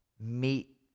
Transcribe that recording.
meet